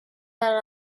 dans